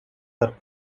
her